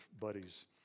buddies